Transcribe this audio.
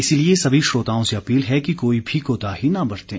इसलिए सभी श्रोताओं से अपील है कि कोई भी कोताही न बरतें